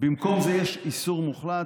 במקום זה איסור מוחלט?